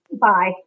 Bye